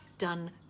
done